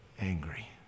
angry